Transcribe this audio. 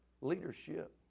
leadership